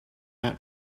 about